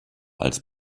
als